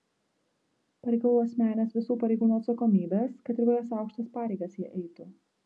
pareikalavau asmeninės visų pareigūnų atsakomybės kad ir kokias aukštas pareigas jie eitų